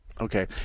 Okay